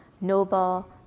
noble